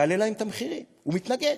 יעלה להם את המחירים, הוא מתנגד.